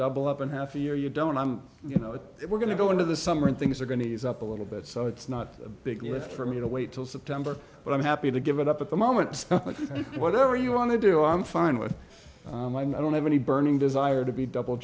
double up and half a year you don't i'm you know we're going to go into the summer and things are going to ease up a little bit so it's not a big lift for me to wait till september but i'm happy to give it up at the moment so whatever you want to do i'm fine with i don't have any burning desire to be double